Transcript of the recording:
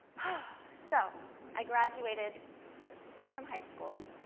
ah so i graduated from high school,